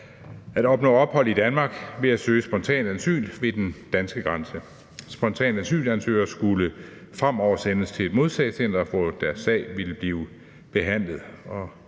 at opnå ophold i Danmark ved at søge spontant asyl ved den danske grænse. Spontane asylansøgere skulle fremover sendes til et modtagecenter, hvor deres sag ville blive behandlet.